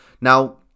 Now